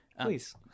please